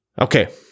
Okay